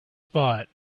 spot